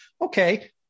Okay